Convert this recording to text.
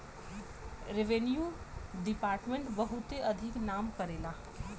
revenue department बहुते अधिक नाम करेला